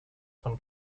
von